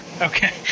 Okay